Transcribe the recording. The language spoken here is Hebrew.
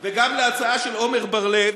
וגם להצעה של עמר בר-לב.